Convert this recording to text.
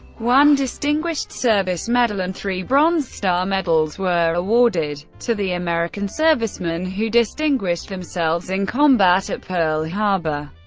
one distinguished service medal, and three bronze star medals were awarded to the american servicemen who distinguished themselves in combat at pearl harbor.